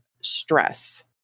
stress